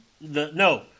No